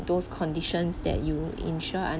those conditions that you insure